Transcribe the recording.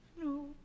no